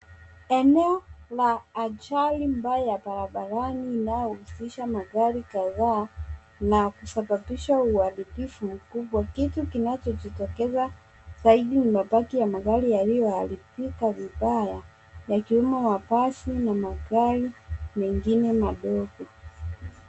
Eneo la ajali mbaya barabarani linalohusisha magari kadhaa na kusababisha uharibifu mkubwa. Kitu kinachojitokeza zaidi ni mabaki ya magari yaliyoharibika vibaya yakiwemo mabasi na magari mengine madogo.